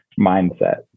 Mindset